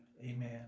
Amen